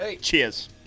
Cheers